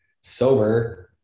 sober